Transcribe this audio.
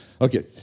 Okay